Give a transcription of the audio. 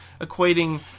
equating